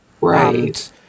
Right